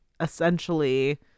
essentially